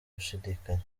gushidikanya